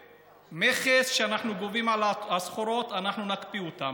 מכס שאנחנו גובים על הסחורות, אנחנו נקפיא אותו.